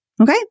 Okay